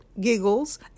giggles